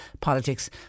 politics